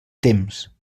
temps